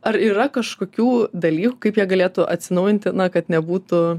ar yra kažkokių dalykų kaip jie galėtų atsinaujinti na kad nebūtų